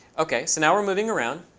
ok. so now we're moving around.